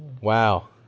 Wow